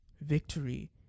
victory